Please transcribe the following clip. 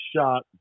shot